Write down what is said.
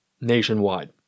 nationwide